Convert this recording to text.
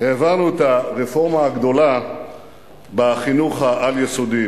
העברנו את הרפורמה הגדולה בחינוך העל-יסודי,